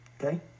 okay